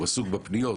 הוא עסוק בפניות,